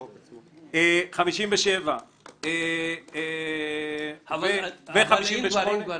57. אבל אם כבר,